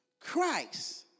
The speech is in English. Christ